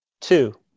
Two